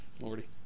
Lordy